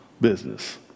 business